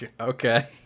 Okay